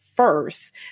First